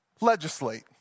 legislate